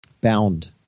bound